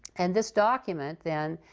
and this document, then